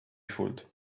fooled